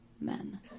men